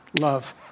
love